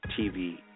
TV